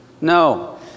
No